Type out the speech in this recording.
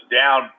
down